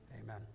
Amen